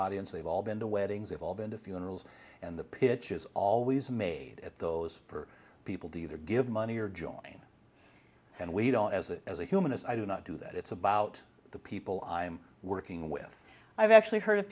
audience they've all been to weddings they've all been to funerals and the pitch is always made at those for people to either give money or join and we don't as a as a human as i do not do that it's about the people i'm working with i've actually heard of